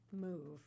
move